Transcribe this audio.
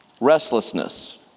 restlessness